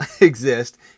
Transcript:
exist